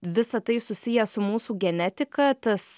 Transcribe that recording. visa tai susiję su mūsų genetika tas